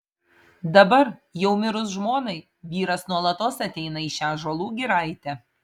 dabar jau mirus žmonai vyras nuolatos ateina į šią ąžuolų giraitę